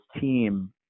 team